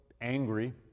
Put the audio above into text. angry